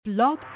Blog